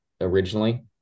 originally